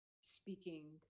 speaking